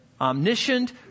omniscient